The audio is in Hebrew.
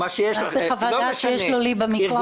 נעשה חוות דעת שיש לו ליבה מכוח --- לא משנה.